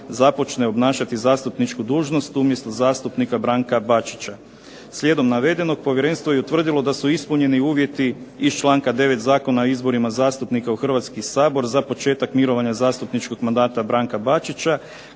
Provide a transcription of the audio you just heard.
započne obnašati zastupničku dužnost umjesto zastupnika Branka Bačića. Slijedom navedenog povjerenstvo je utvrdilo da su ispunjeni uvjeti iz članka 9. Zakona o izborima zastupnika u Hrvatski sabor za početak mirovanja zastupničkog mandata Branka Bačića,